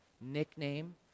nickname